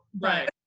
Right